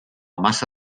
massa